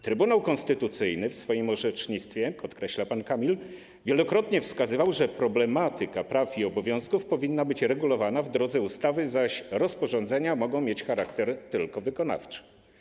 Trybunał Konstytucyjny w swoim orzecznictwie - podkreśla pan Kamil - wielokrotnie wskazywał, że problematyka praw i obowiązków powinna być regulowana w drodze ustawy, zaś rozporządzenia mogą mieć charakter tylko wykonawczy.